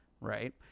Right